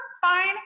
fine